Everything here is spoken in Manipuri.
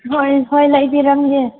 ꯍꯣꯏ ꯍꯣꯏ ꯂꯩꯕꯤꯔꯝꯒꯦ